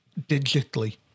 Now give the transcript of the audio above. digitally